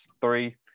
three